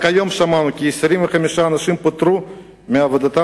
רק היום שמענו כי 25 אנשים פוטרו מעבודתם